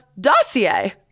dossier